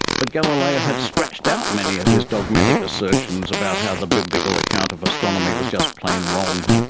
but galileo had scratched out many of his dogmatic assertions about how the biblical account of astronomy was just plain wrong.